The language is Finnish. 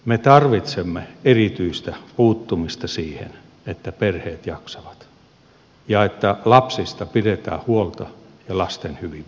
me tarvitsemme erityistä puuttumista siihen että perheet jaksavat ja että lapsista pidetään huolta ja lasten hyvinvoinnista